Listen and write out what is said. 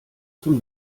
zum